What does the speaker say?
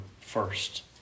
first